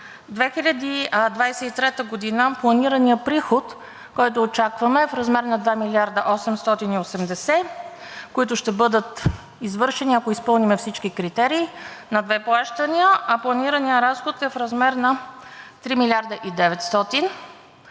В 2023 г. планираният приход, който очакваме, е в размер на 2 млрд. 880, които ще бъдат извършени, ако изпълним всички критерии на две плащания, а планираният разход е в размер на 3 млрд. и 900.